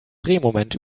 drehmoment